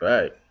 Right